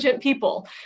people